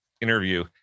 interview